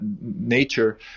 nature